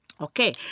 Okay